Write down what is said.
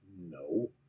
No